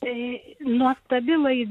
tai nuostabi laida